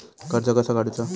कर्ज कसा काडूचा?